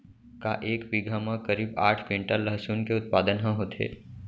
का एक बीघा म करीब आठ क्विंटल लहसुन के उत्पादन ह होथे?